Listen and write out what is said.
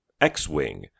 X-Wing